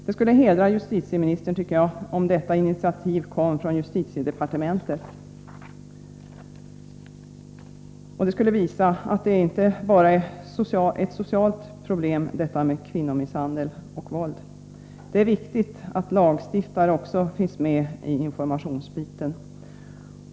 Det skulle hedra justitieministern om detta initiativ kom från justitiedepartementet, och det skulle visa att kvinnomisshandel och våld inte bara är ett socialt problem. Det är viktigt att också lagstiftare finns med i samband med informationen.